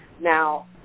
Now